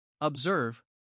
Observe